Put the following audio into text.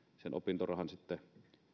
sen opintorahan